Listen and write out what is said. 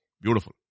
Beautiful